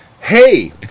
hey